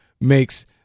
makes